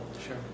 Sure